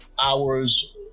hours